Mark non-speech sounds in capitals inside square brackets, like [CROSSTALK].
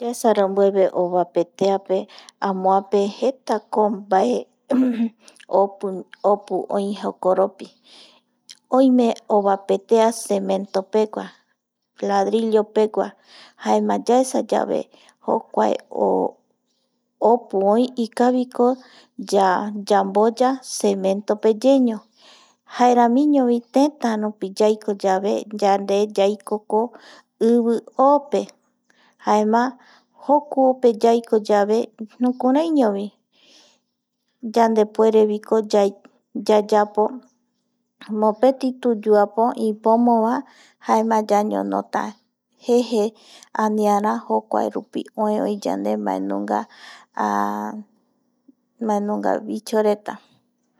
Yaesarambueve ovapetea pe amoape jeta ko mbae [HESITATION] opu, opu, oi jokoropi [HESITATION] oime ovapetea cementopegua, ladrillopegua jaema yaesa yave jokua o opu oi ikaviko yamboya cemento pe ye ño jaeramiño tetarupi yaiko yave yande yaiko ko ivi o pe jaema jokupe yaiko yave jukuraiñovi [HESITATION] yandepuereviko [HESITATION] yayapo mopeti tuyuapo ipomo vae jaema ñañonota jeje aniara jokuarupi oe oi yande [HESITATION] mbaenunga maenunga vichoreta.